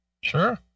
Sure